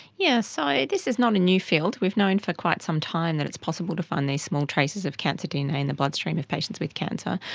yeah so this is not a new field. we've known for quite some time that it's possible to find these small traces of cancer dna in the bloodstream of patients with cancer.